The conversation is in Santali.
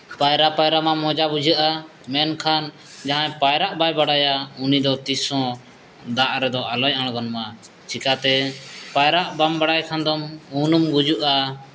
ᱯᱟᱭᱨᱟᱼᱯᱟᱭᱨᱟ ᱢᱟ ᱢᱚᱡᱟ ᱵᱩᱡᱷᱟᱹᱜᱼᱟ ᱢᱮᱱᱠᱷᱟᱱ ᱡᱟᱦᱟᱸᱭ ᱯᱟᱭᱨᱟᱜ ᱵᱟᱭ ᱵᱟᱰᱟᱭᱟ ᱩᱱᱤᱫᱚ ᱛᱤᱥᱦᱚᱸ ᱫᱟᱜ ᱨᱮᱫᱚ ᱟᱞᱚᱭ ᱟᱬᱜᱚᱱᱢᱟ ᱪᱮᱠᱟᱛᱮ ᱯᱟᱭᱨᱟᱜ ᱵᱟᱢ ᱵᱟᱲᱟᱭ ᱠᱷᱟᱱᱫᱚᱢ ᱩᱱᱩᱢ ᱜᱩᱡᱩᱜᱼᱟ